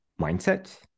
mindset